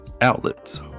outlets